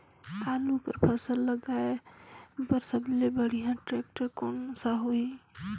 आलू कर फसल ल लगाय बर सबले बढ़िया टेक्टर कोन सा होही ग?